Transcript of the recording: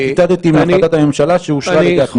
אני ציטטתי מהחלטת הממשלה שאושרה על ידי הכנסת.